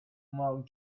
mark